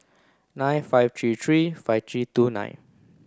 nine five three three five three two nine